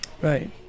Right